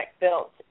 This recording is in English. built